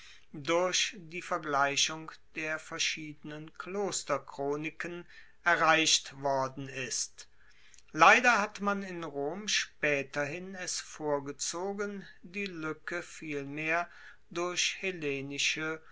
durch die vergleichung der verschiedenen klosterchroniken erreicht worden ist leider hat man in rom spaeterhin es vorgezogen die luecke vielmehr durch